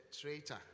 traitor